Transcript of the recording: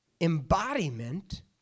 embodiment